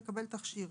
לקבל תכשיר,